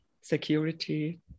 security